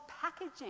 packaging